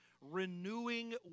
renewing